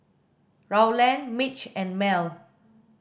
Rowland Mitch and Mel